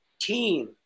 team